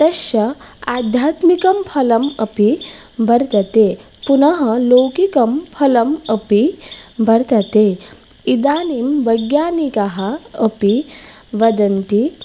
तस्य आध्यात्मिकं फलम् अपि वर्तते पुनः लौकिकं फलम् अपि वर्तते इदानीं वैज्ञानिकाः अपि वदन्ति